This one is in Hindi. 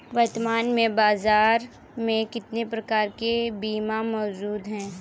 वर्तमान में बाज़ार में कितने प्रकार के बीमा मौजूद हैं?